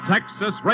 Texas